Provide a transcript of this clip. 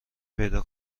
پیدا